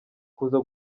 kuza